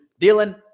Dylan